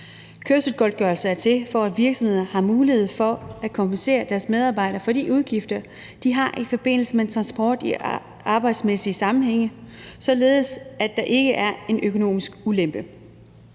Kørselsgodtgørelsen er til, for at virksomheder har mulighed for at kompensere deres medarbejdere for de udgifter, de har i forbindelse med transport i arbejdsmæssige sammenhænge, således at der ikke er en økonomisk ulempe.